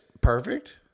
perfect